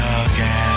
again